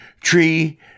tree